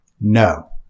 No